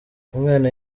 umwana